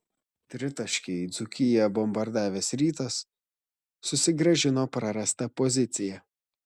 tritaškiai dzūkiją bombardavęs rytas susigrąžino prarastą poziciją